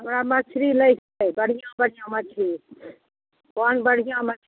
हमरा मछली लै के छै बढ़िआँ बढ़िआँ मछली कोन बढ़िआँ मछली